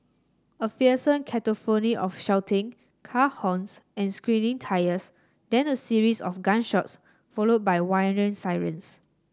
a fearsome cacophony of shouting car horns and screeching tyres then a series of gunshots followed by sirens